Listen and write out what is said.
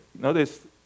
Notice